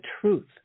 truth